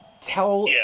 tell